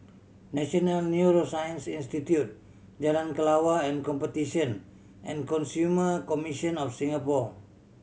National Neuroscience Institute Jalan Kelawar and Competition and Consumer Commission of Singapore